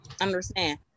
understand